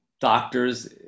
doctors